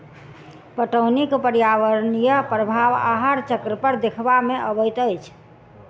पटौनीक पर्यावरणीय प्रभाव आहार चक्र पर देखबा मे अबैत अछि